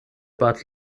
bad